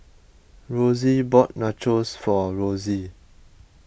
Rosy bought Nachos for Rosy